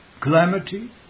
calamity